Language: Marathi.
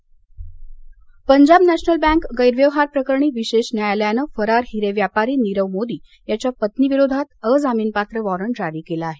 नीख मोदी पंजाब नॅशनल बँक गैरव्यवहार प्रकरणी विशेष न्यायालयानं फरार हिरे व्यापारी नीरव मोदी याच्या पत्नीविरोधात अजामीनपात्र वॉरंट जारी केला आहे